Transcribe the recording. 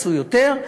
עשו יותר,